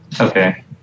Okay